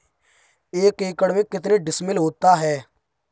एक एकड़ में कितने डिसमिल होता है?